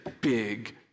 big